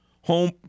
home